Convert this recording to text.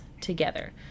together